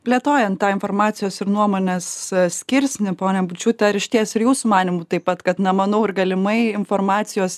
plėtojant tą informacijos ir nuomonės skirsnį ponia bučiūte ar išties ir jūsų manymu taip pat kad nemanau ir galimai informacijos